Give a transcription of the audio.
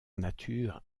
nature